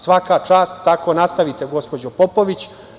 Svaka čast, tako nastavite gospođo Popović.